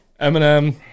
Eminem